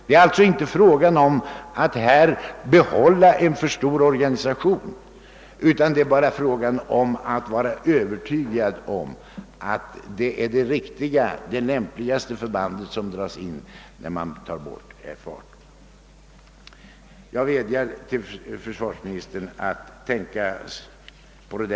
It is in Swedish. Det är alltså inte fråga om att behålla en för stor organisation utan bara om att vara övertygad om att man drar in det förband som det är lämpligast att ta bort. Jag vädjar till försvarsministern att tänka på detta.